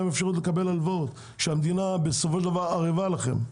אפשרות לקבל הלוואות כשהמדינה בסופו של דבר ערבה לכם.